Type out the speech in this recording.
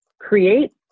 create